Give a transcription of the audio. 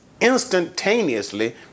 instantaneously